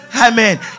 Amen